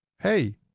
Hey